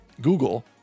Google